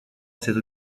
cette